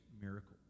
miracle